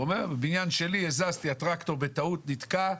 הוא אומר, בניין שלי, הזזתי, הטרקטור בטעות נתקע,